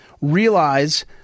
realize